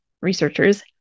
researchers